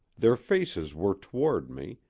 their faces were toward me,